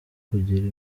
kugira